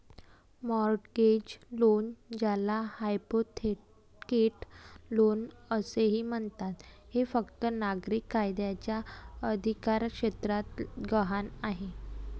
mortgage loan, ज्याला hypothecate loan असेही म्हणतात, हे फक्त नागरी कायद्याच्या अधिकारक्षेत्रात गहाण आहे